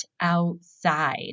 outside